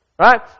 Right